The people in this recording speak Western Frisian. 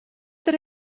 der